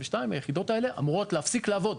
ימשיך לעבוד?